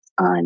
on